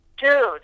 dude